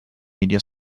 media